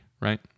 right